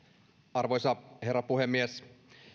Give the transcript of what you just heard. arvoisa herra puhemies